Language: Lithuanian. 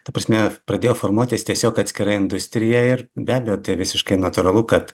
ta prasme pradėjo formuotis tiesiog atskira industrija ir be abejo tai visiškai natūralu kad